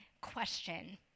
question